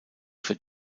für